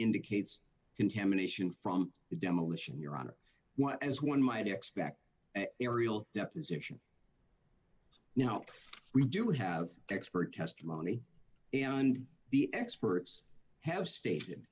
indicates contamination from the demolition your honor what as one might expect aerial deposition now we do have expert testimony and the experts have stat